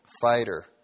fighter